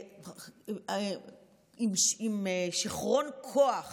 עם שיכרון כוח